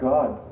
God